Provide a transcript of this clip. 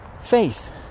faith